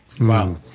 Wow